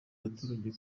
abaturage